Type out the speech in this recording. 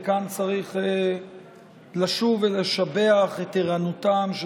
וכאן צריך לשוב ולשבח את ערנותם של